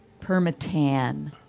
permatan